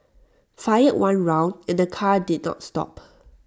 fired one round and the car did not stop